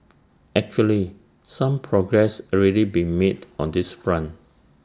actually some progress already been made on this front